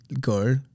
girl